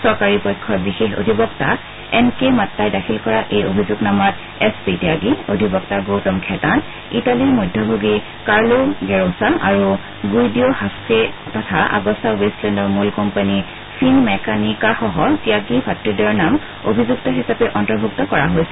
চৰকাৰী পক্ষৰ বিশেষ অধিবক্তাক এন কে মাট্টাই দাখিল কৰা এই অভিযোগনামাত এছ পি ত্যাগী অধিবক্তা গৌতম খৈতান ইটালীৰ মধ্যভোগী কাৰ্লো গেৰোচা আৰু গুইদিঅ' হাছকে তথা আগস্তা ৱেষ্টলেণ্ডৰ মূল কোম্পানী ফিন মেকানিকাসহ ত্যাগী ভাতৃদ্বয়ৰ নাম অভিযুক্ত হিচাপে অন্তৰ্ভুক্ত কৰা হৈছে